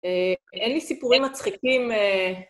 אין לי סיפורים מצחיקים...